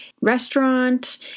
restaurant